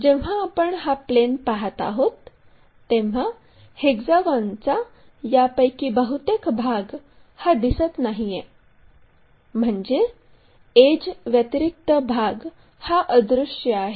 जेव्हा आपण हा प्लेन पाहत आहोत तेव्हा हेक्सागोनचा यापैकी बहुतेक भाग हा दिसत नाहीये म्हणजे एड्ज व्यतिरिक्त भाग हा अदृश्य आहे